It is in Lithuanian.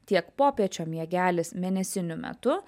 tiek popiečio miegelis mėnesinių metu